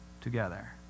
together